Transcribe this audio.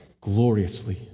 Gloriously